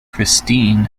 kristine